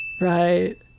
Right